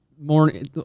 morning